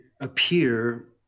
appear